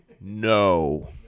No